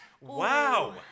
Wow